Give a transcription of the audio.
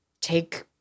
take